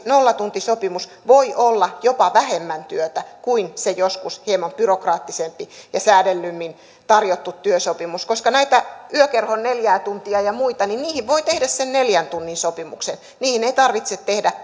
nollatuntisopimus voi olla jopa vähemmän työtä kuin se joskus hieman byrokraattisempi ja säädellymmin tarjottu työsopimus koska näihin yökerhon neljään tuntiin ja muihin voi tehdä sen neljän tunnin sopimuksen niihin ei tarvitse tehdä